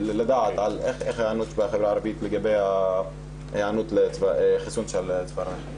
לדעת איך הנושא בחברה הערבית לגבי ההיענות לחיסון של צוואר הרחם.